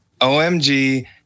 OMG